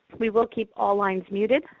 we will keep all lines muted,